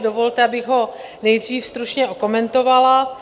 Dovolte, abych ho nejdřív stručně okomentovala.